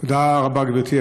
תודה רבה, גברתי היושבת-ראש.